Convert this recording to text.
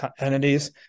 entities